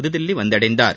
புதுதில்லி வந்தடைந்தார்